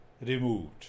removed